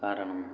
காரணம்